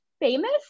famous